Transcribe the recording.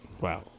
Wow